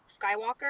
Skywalker